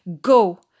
Go